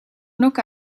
knock